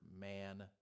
man